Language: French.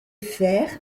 fer